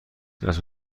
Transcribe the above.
چسب